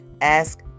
ask